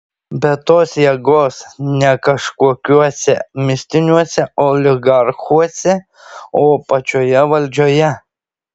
bet tos jėgos ne kažkokiuose mistiniuose oligarchuose o pačioje valdžioje